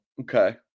Okay